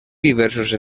diversos